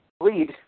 lead